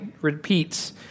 repeats